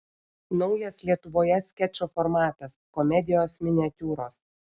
naujas lietuvoje skečo formatas komedijos miniatiūros